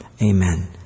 Amen